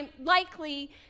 likely